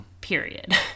period